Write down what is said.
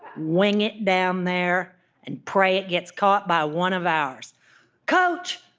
wing it down there and pray it gets caught by one of ours coach,